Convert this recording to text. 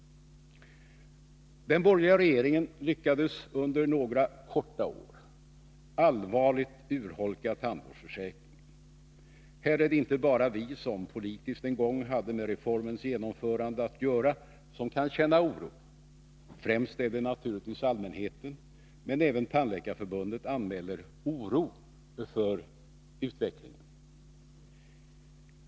Den borgerliga regeringen lyckades under några få år allvarligt urholka tandvårdsförsäkringen. Här är det inte bara vi som politiskt en gång hade med reformens genomförande att göra som kan känna oro. Främst är det naturligtvis allmänheten, men även Tandläkarförbundet anmäler oro för utvecklingen.